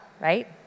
right